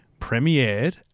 premiered